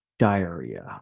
Diarrhea